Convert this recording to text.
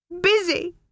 busy